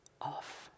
off